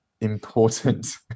important